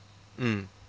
mm